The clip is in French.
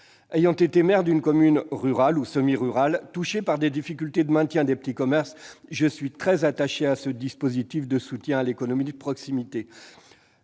Ayant été maire d'une commune semi-rurale touchée par des difficultés de maintien des petits commerces, je suis très attaché à ce dispositif de soutien à l'économie de proximité,